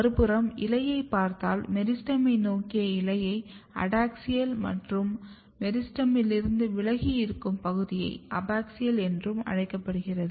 மறுபுறம் இலையைப் பார்த்தால் மெரிஸ்டெமை நோக்கிய இலையை அடாக்ஸியல் என்றும் மற்றும் மெரிஸ்டெமில் இருந்து விலகி இருக்கும் பகுதி அபாக்ஸியல் என்று அழைக்கப்படுகிறது